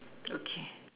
okay